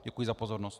Děkuji za pozornost.